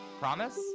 Promise